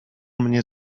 mnie